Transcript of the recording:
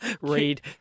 Read